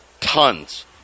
tons